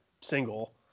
single